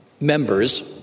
members